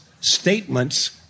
statements